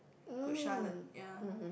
Good-Charlotte ya